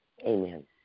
Amen